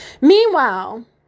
Meanwhile